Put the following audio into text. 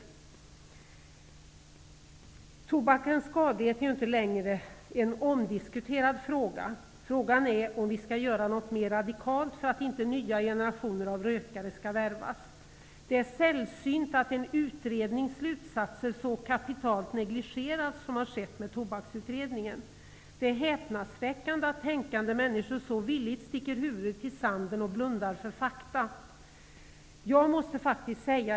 Tobakens skadlighet är inte längre en omdiskuterad fråga. Frågan är om vi skall göra något mer radikalt för att inte nya generationer av rökare skall värvas. Det är sällsynt att en utrednings slutsatser så kapitalt negligeras som skett med Tobaksutredningen. Det är häpnadsväckande att tänkande människor så villigt sticker huvudet i sanden och blundar för fakta.